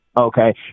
Okay